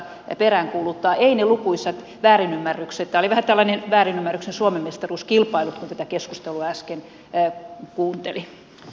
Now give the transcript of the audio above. tämä oli vähän tällainen väärinymmärryksen suomenmestaruuskilpailut kun tätä keskustelua äsken kuunteli